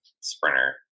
sprinter